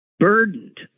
burdened